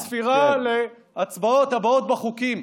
הצליחו אולי להוריד בן אדם מהספירה להצבעות הבאות בחוקים,